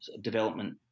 development